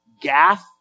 Gath